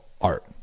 art